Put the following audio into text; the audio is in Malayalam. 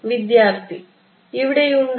വിദ്യാർത്ഥി ഇവിടെയുണ്ടോ